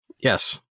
Yes